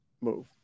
move